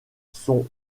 sont